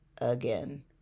again